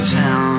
town